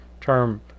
term